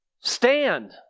stand